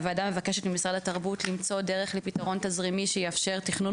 הוועדה מבקשת ממשרד התרבות למצוא דרך לפתרון תזרימי שיאפשר תכנון